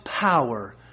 power